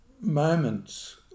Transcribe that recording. moments